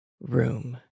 Room